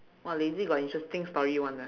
!wah! lazy got interesting story [one] ah